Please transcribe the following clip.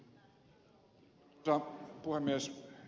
arvoisa puhemies